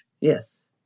Yes